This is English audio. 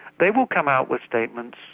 they will come out with statements,